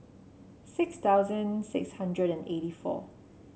six thousand eight hundred and eighty four